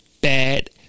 Bad